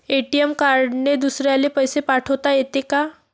ATM कार्डने दुसऱ्याले पैसे पाठोता येते का?